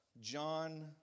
John